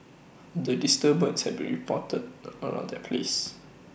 the disturbance had be reported around that place